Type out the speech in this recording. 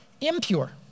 impure